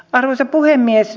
arvoisa puhemies